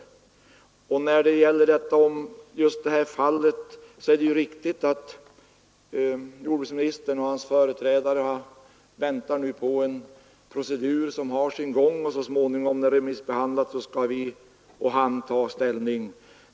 När det gäller just detta fall väntar jordbruksministern på att en procedur skall ha sin gång, och så småningom skall vi och han ta ställning.